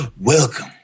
Welcome